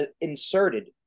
inserted